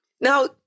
now